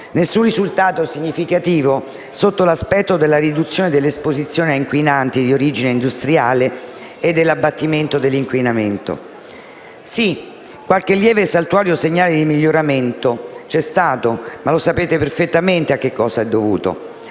alcun risultato significativo sotto l'aspetto della riduzione dell'esposizione a inquinanti di origine industriale e dell'abbattimento dell'inquinamento. Sì, qualche lieve e saltuario segnale di miglioramento c'è stato, ma sapete perfettamente che è dovuto